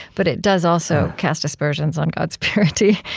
but it does also cast aspersions on god's purity.